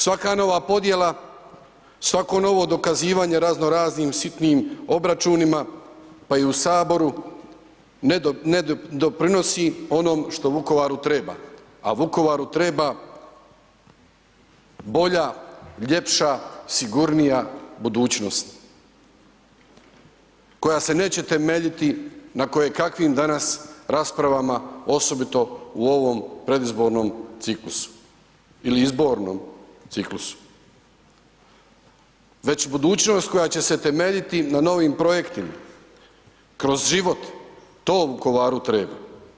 Svaka nova podjela, svako novo dokazivanje razno raznim sitnim obračunima pa i u Saboru ne doprinosi onom što Vukovaru treba, a Vukovaru treba bolja, ljepša sigurnija budućnost koja se neće temeljiti na kojekakvim danas raspravama, osobito u ovom predizbornom ciklusu ili izbornom ciklusu već budućnost koja će se temeljiti na novim projektima kroz život, to Vukovaru treba.